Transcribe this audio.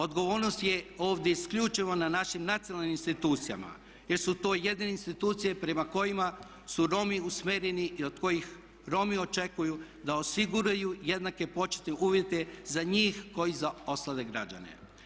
Odgovornost je ovdje isključivo na našim nacionalnim institucijama jer su to jedine institucije prema kojima su Romi usmjereni i od kojih Romi očekuju da osiguraju jednake početne uvjete za njih kao i za ostale građane.